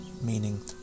meaning